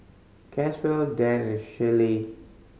Caswell Dann and Shellie